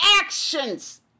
actions